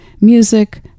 music